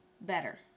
better